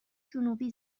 جنوبی